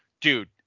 dude